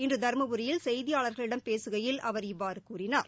இன்று தருமபுரியில் செய்தியாளர்களிடம் பேசுகையில் அவர் இவ்வாறு கூறினார்